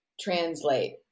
translate